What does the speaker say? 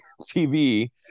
TV